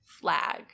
flag